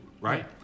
right